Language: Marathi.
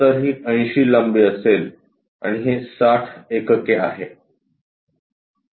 तर ही 80 लांबी असेल आणि हे 60 एकके आहे